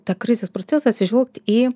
tą krizės procesą atsižvelgt į